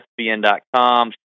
ESPN.com